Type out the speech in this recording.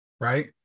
Right